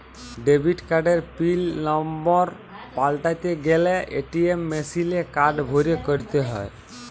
debit কার্ডের pin number পাল্টাতে গ্যালে এ.টি.এম মেশিলে কার্ড ভরে ক্যরতে হ্য়য়